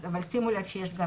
אבל שימו לב שיש גם